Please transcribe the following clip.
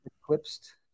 eclipsed